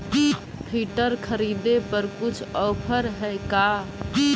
Filter खरिदे पर कुछ औफर है का?